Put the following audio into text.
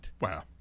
Wow